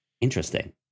interesting